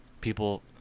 people